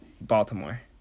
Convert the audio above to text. Baltimore